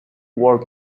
work